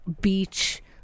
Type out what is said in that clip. beach